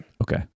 Okay